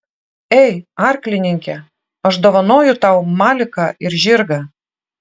ei arklininke aš dovanoju tau maliką ir žirgą